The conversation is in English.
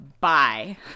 Bye